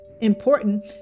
important